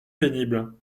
pénible